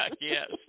yes